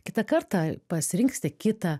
kitą kartą pasirinksite kitą